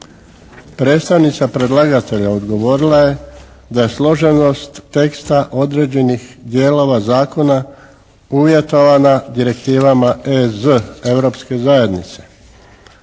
Predstavnica predlagatelja odgovorila je da je složenost teksta određenih dijelova Zakona uvjetovana direktivama EZ, Europske zajednice.